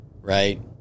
right